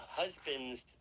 husband's